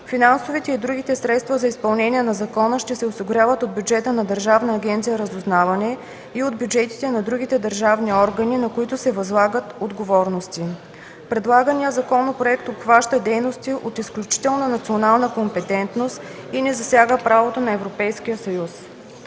Финансовите и други средства за изпълнението на закона ще се осигуряват от бюджета на Държавна агенция „Разузнаване” и от бюджетите на другите държавни органи, на които се възлагат отговорности. Предлаганият законопроект обхваща дейности от изключителна национална компетентност и не засяга правото на Европейския съюз.